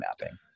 mapping